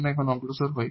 আমরা এখানে অগ্রসর হই